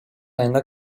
ayında